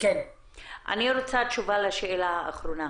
אני רוצה תשובה לשאלה האחרונה: